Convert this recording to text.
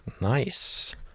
Nice